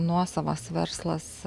nuosavas verslas